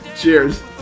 cheers